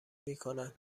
میکنن